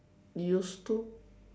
used to